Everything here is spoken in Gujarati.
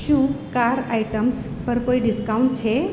શું કાર આઇટમ્સ પર કોઈ ડિસ્કાઉન્ટ છે